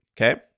Okay